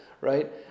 right